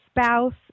spouse